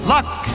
Luck